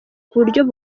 kuburyo